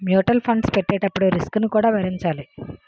mutual funds పెట్టేటప్పుడు risk ను కూడా భరించాలి